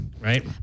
Right